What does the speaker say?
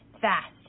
fast